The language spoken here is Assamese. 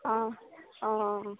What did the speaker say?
অঁ অঁ